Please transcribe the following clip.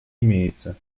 имеется